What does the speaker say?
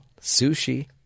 sushi